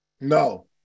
no